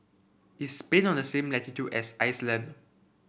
is Spain on the same latitude as Iceland